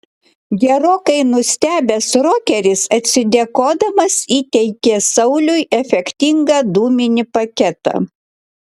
gerokai nustebęs rokeris atsidėkodamas įteikė sauliui efektingą dūminį paketą